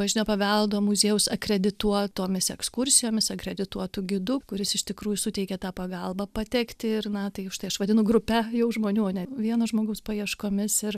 bažnytinio paveldo muziejaus akredituotomis ekskursijomis akredituotu gidu kuris iš tikrųjų suteikia tą pagalbą patekti ir na tai už tai aš vadinu grupe jau žmonių ne vieno žmogaus paieškomis ir